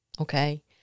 Okay